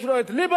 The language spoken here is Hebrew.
יש לו ליברמן,